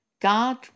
God